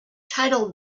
titled